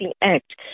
act